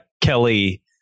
Kelly